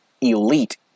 elite